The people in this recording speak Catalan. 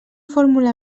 fórmula